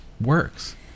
works